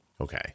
Okay